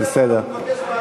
אם לא תיתן לו,